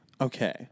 Okay